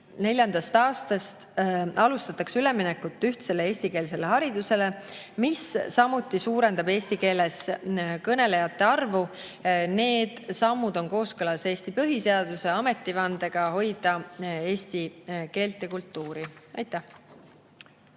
2024. aastast alustatakse üleminekut ühtsele eestikeelsele haridusele, mis samuti suurendab eesti keeles kõnelejate arvu. Need sammud on kooskõlas Eesti põhiseadusega ja [valitsuse] ametivandega hoida eesti keelt ja kultuuri. Aitäh!